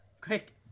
Quick